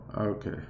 Okay